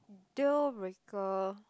deal breaker